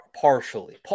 partially